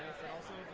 thousand